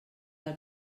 del